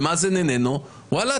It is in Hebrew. ומאזן איננו - וואלה,